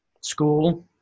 school